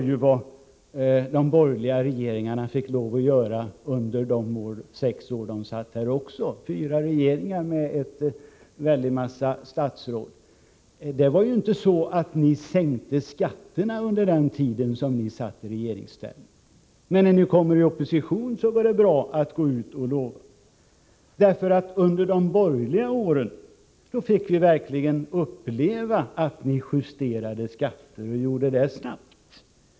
Det fick de borgerliga regeringarna — fyra regeringar med en väldig massa statsråd — lov att göra under de sex år de satt vid makten också. Det var ju inte så att ni sänkte skatterna under den tid som ni var i regeringsställning, Bo Lundgren. Men när ni kommer i opposition går det bra att gå ut och lova att göra det. Under de borgerliga åren fick vi verkligen uppleva att ni justerade skatter, och gjorde det snabbt.